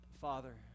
Father